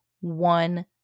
one